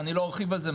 לא ארחיב על זה.